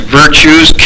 virtues